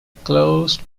closed